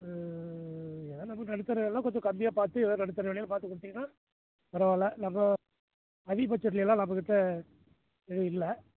எதாது நம்மளுக்கு நடுத்தர விலன்னா கொஞ்சம் கம்மியாக பார்த்து எதாது நடுத்தர விலையில பார்த்து கொடுத்திங்கன்னா பரவாயில்ல நம்ம அதிகபட்சத்துலேலாம் நம்மக்கிட்ட எதுவும் இல்லை